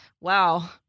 wow